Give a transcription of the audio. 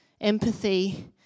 empathy